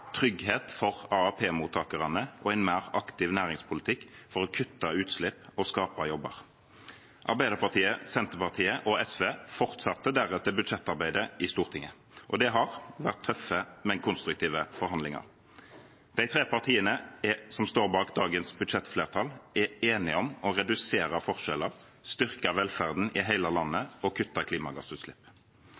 trygghet for AAP-mottakerne og en mer aktiv næringspolitikk for å kutte utslipp og skape jobber. Arbeiderpartiet, Senterpartiet og SV fortsatte deretter budsjettarbeidet i Stortinget. Det har vært tøffe, men konstruktive forhandlinger. De tre partiene som står bak dagens budsjettflertall, er enige om å redusere forskjeller, styrke velferden i hele landet og kutte klimagassutslipp.